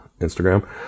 Instagram